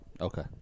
Okay